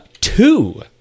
two